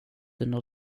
under